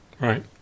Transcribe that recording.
right